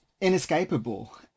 inescapable